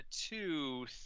two